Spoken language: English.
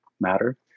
matter